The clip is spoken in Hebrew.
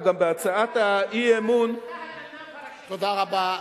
תודה רבה.